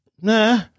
nah